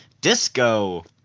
disco